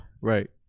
Right